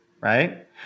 Right